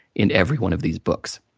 in every one of these books.